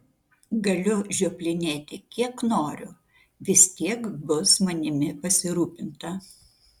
galiu žioplinėti kiek noriu vis tiek bus manimi pasirūpinta